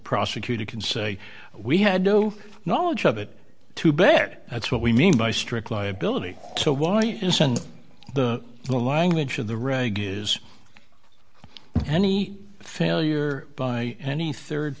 prosecutor can say we had no knowledge of it too bad that's what we mean by strict liability so why isn't the the language of the reg is any failure by any